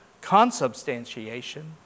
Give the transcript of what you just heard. consubstantiation